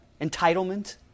Entitlement